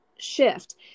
shift